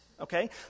Okay